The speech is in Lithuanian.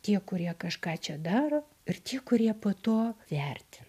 tie kurie kažką čia daro ir tie kurie po to vertin